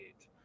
eight